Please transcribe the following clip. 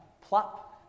plop